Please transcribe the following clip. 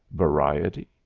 variety?